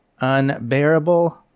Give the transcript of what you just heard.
unbearable